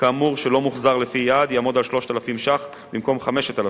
כאמור שלא מוחזר לפי היעד יעמוד על 3,000 ש"ח במקום 5,000 ש"ח.